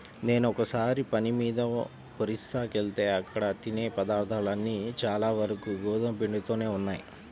నేనొకసారి పని మీద ఒరిస్సాకెళ్తే అక్కడ తినే పదార్థాలన్నీ చానా వరకు గోధుమ పిండితోనే ఉన్నయ్